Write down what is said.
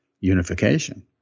unification